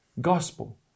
gospel